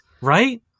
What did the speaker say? Right